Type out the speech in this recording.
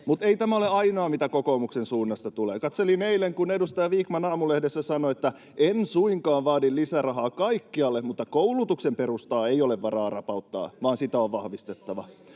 Mutta ei tämä ole ainoa, mitä kokoomuksen suunnasta tulee. Katselin eilen, kun edustaja Vikman Aamulehdessä sanoi: ”En suinkaan vaadi lisärahaa kaikkialle, mutta koulutuksen perustaa ei ole varaa rapauttaa, vaan sitä on vahvistettava.”